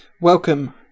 Welcome